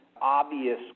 obvious